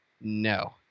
No